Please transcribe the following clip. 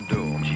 Doom